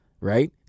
right